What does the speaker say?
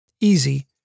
easy